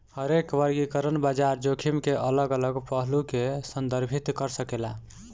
हरेक वर्गीकरण बाजार जोखिम के अलग अलग पहलू के संदर्भित कर सकेला